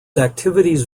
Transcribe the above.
activities